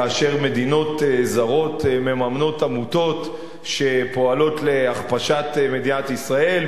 כאשר מדינות זרות מממנות עמותות שפועלות להכפשת מדינת ישראל,